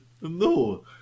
no